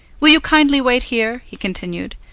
will you kindly wait here, he continued.